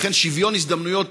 לכן שוויון הזדמנויות,